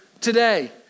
today